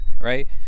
right